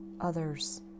others